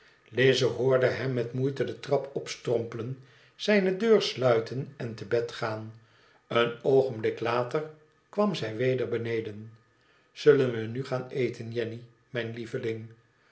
lize hoorde hem met moeite de trap opstrompelen zijne deur sluiten en te bed gaan een oogenblik later kwam zij weder beneden zullen we nu gaan eten jenny mijn lieveling